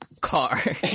car